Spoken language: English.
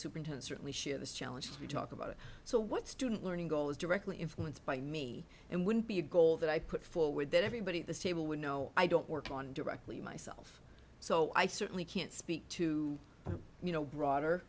superintend certainly share this challenge to talk about it so what student learning goes directly influenced by me and wouldn't be a goal that i put forward that everybody at this table would know i don't work on directly myself so i certainly can't speak to you know broader